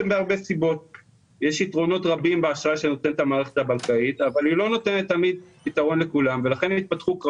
יש פער אדיר בין מה שנמרוד מתאר לבין